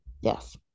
Yes